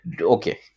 Okay